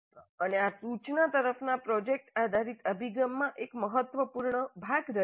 અને આ સૂચના તરફના પ્રોજેક્ટ આધારિત અભિગમમાં એક મહત્વપૂર્ણ ભાગ રચે છે